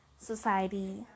society